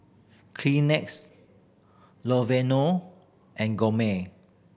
Kleenex and Gourmet